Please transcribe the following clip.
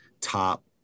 top